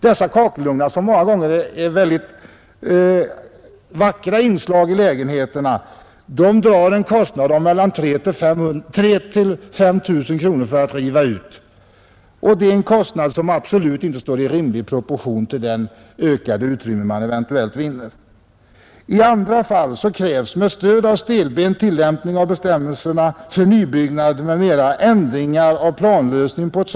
Dessa kakelugnar som ofta är mycket vackra inslag i lägenheterna kostar det 3 000 — 5 000 kronor per lägenhet att riva ut. Det är en kostnad som absolut inte står i rimlig proportion till de ökade utrymmen man eventuellt vinner. I andra fall krävs med stöd av stelbent tillämpning av bostadsnormer för nybyggnad m.m. ändringar av planlösning etc.